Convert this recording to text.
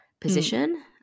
position